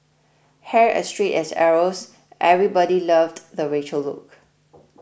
hair as straight as arrows everybody loved the Rachel look